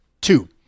Two